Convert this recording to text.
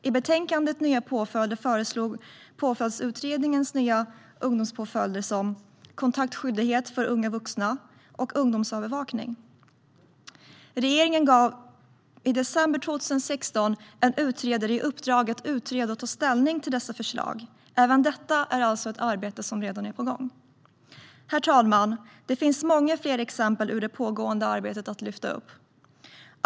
I betänkandet Nya påföljder föreslog Påföljdsutredningen nya ungdomspåföljder såsom kontaktskyldighet för unga vuxna och ungdomsövervakning. Regeringen gav i december 2016 en utredare i uppdrag att utreda och ta ställning till dessa förslag. Även detta är alltså ett arbete som redan är på gång. Herr talman! Det finns många fler exempel ur det pågående arbetet att lyfta upp.